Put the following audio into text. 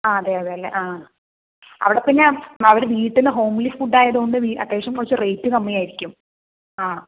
ആ അതെ അതെല്ലേ ആ അവിടെ പിന്നെ അവർ വീട്ടിൽ നിന്നു ഹോംലി ഫുഡ് ആയതുകൊണ്ട് വി അത്യാവശ്യം കുറച്ചു റേറ്റ് കമ്മിയായിരിക്കും ആ